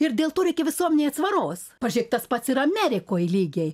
ir dėl to reikia visuomenei atsvaros pažėk pats ir amerikoj lygiai